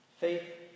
Faith